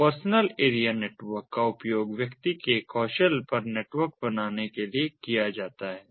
तो personal area network का उपयोग व्यक्ति के कौशल पर नेटवर्क बनाने के लिए किया जाता है